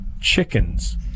chickens